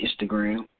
Instagram